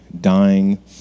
dying